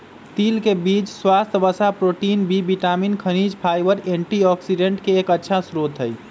तिल के बीज स्वस्थ वसा, प्रोटीन, बी विटामिन, खनिज, फाइबर, एंटीऑक्सिडेंट के एक अच्छा स्रोत हई